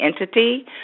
entity